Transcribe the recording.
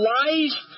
life